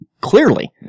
clearly